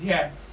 Yes